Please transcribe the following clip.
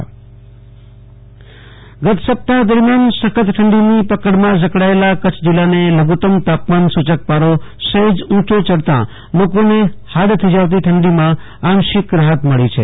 આશુતોષ અંતાણી કુચ્છ હવામાન ગત સપ્તાહ દરમિયાન સખત ઠંડીની પકડમાં ઝકડાયેલા કચ્છ જિલ્લાને લઘુત્તમ તાપમાન સૂચક પારો સહેજ ઉંચો ચડતાં લોકોને હાડ થીજાવતી ઠંડીમાં આંશિક રાહત મળી છે